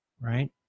right